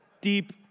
deep